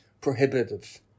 prohibitive